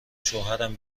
شوهرم